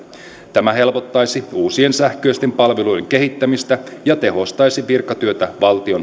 tämä helpottaisi uusien sähköisten palveluiden kehittämistä ja tehostaisi virkatyötä valtionhallinnossa